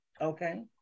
Okay